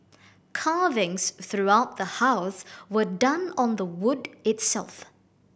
carvings throughout the house were done on the wood itself